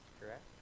correct